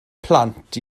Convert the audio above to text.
plant